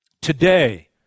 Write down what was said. Today